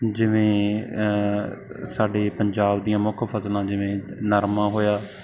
ਜਿਵੇਂ ਸਾਡੇ ਪੰਜਾਬ ਦੀਆਂ ਮੁੱਖ ਫਸਲਾਂ ਜਿਵੇਂ ਨਰਮਾ ਹੋਇਆ